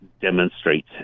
demonstrate